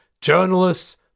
journalists